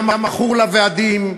היה מכור לוועדים,